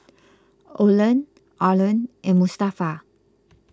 Olan Arlan and Mustafa